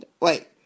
Wait